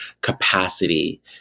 capacity